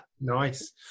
Nice